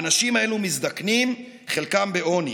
האנשים האלו מזדקנים, חלקם בעוני.